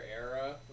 era